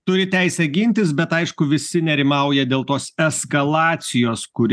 turi teisę gintis bet aišku visi nerimauja dėl tos eskalacijos kuri